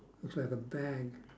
it's like a bag